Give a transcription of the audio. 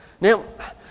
Now